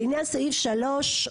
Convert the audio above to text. לעניין סעיף 3,